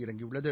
இறங்கியுள்ளது